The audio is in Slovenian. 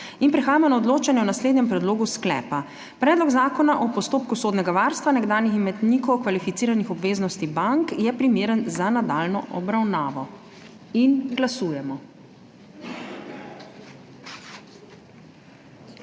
Prehajamo na odločanje o naslednjem predlogu sklepa: Predlog zakona o postopku sodnega varstva nekdanjih imetnikov kvalificiranih obveznosti bank je primeren za nadaljnjo obravnavo. Glasujemo.